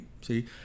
see